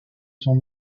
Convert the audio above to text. son